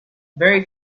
very